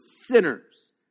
sinners